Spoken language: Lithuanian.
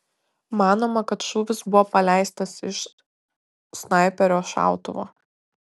manoma kad šūvis buvo paleistas iš snaiperio šautuvo